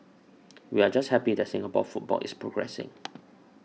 we're just happy that Singapore football is progressing